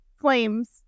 Flames